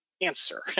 answer